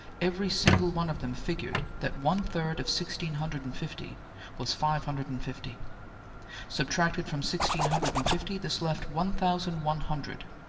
every single one of them figured that one third of sixteen hundred and fifty was five hundred and fifty subtracted from sixteen hundred and fifty this left one thousand one hundred,